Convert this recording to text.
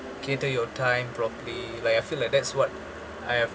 cater your time properly like I feel like that's what I have